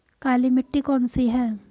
काली मिट्टी कौन सी है?